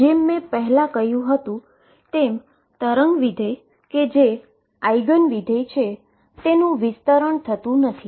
જેમ મેં પહેલા કહ્યું હતું કે વેવ ફંક્શન કે જે આઇગન ફંક્શન છે તેનુ વિસ્તરણ થતુ નથી